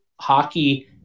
hockey